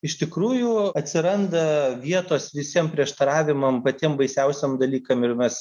iš tikrųjų atsiranda vietos visiem prieštaravimam patiem baisiausiem dalykam ir mes